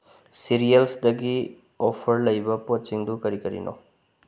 ꯁꯤꯔꯤꯌꯦꯜꯁꯇꯒꯤ offer ꯂꯩꯕ ꯄꯣꯠꯁꯤꯡꯗꯨ ꯀꯔꯤ ꯀꯔꯤꯅꯣ